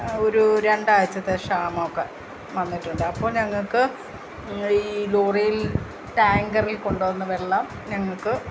ഒരു രണ്ടാഴ്ചത്തെ ക്ഷാമമൊക്കെ വന്നിട്ടുണ്ട് അപ്പം ഞങ്ങൾക്ക് ഈ ലോറിയിൽ ടാങ്കറിൽ കൊണ്ടുവന്ന് വെള്ളം ഞങ്ങൾക്ക്